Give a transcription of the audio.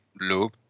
look